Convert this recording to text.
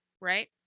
Right